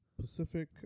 Pacific